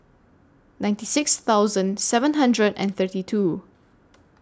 ninety six thousand seven hundred and thirty two